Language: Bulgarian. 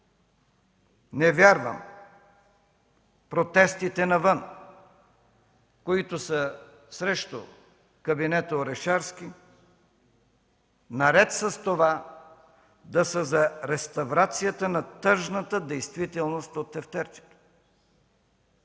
Не вярвам протестите навън, които са срещу кабинета Орешарски, наред с това да са за реставрация на тъжната действителност от тефтерчето.